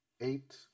Eight